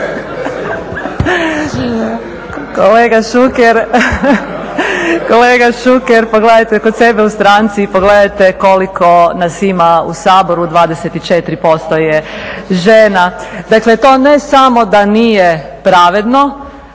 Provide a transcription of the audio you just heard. Kolega Šuker, pogledajte kod sebe u stranci i pogledajte koliko nas ima u Saboru, 24% je žena. Dakle, to ne samo da nije pravedno,